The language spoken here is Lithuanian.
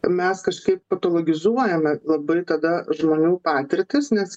mes kažkaip patalogizuojame labai tada žmonių patirtis nes